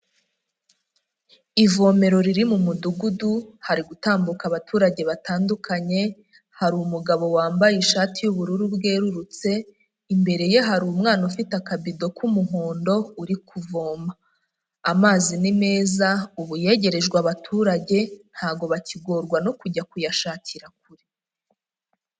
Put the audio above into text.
Ivomero riri mu mudugudu hari gutambuka abaturage batandukanye, harirumu umugabo wambaye ishati y'ubururu bwerurutse imbere ye hari umwana ufite akabido k'umuhondo uri kuvoma, amazi ni meza ubu yegerejwe abaturage ntago bakigorwa no kujya kuyashakira kure.